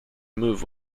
move